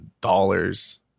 dollars